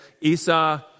Esau